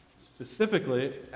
specifically